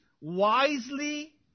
wisely